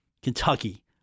Kentucky